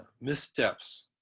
missteps